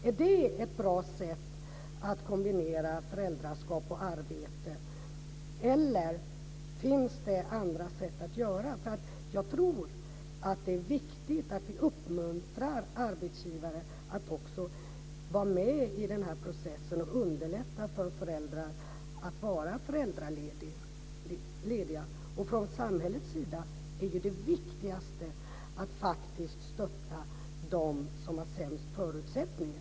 Är det ett bra sätt att kombinera föräldraskap och arbete, eller finns det andra sätt att göra det? Jag tror att det är viktigt att vi uppmuntrar arbetsgivare att vara med i processen och underlätta för föräldrar att vara föräldralediga. Från samhällets sida är det viktigaste att faktiskt stötta dem som har sämst förutsättningar.